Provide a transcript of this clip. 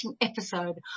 episode